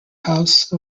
house